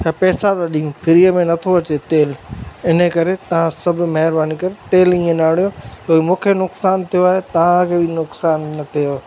छा आहे पेसा ता ॾियूं फिरीअ में नथो अचे तेलु इन करे तव्हां सभु महिरबानी करे तेल ईअं न आणियो भई मूंखे नुक़सान थियो आहे तव्हांखे बि नुक़सान न थेव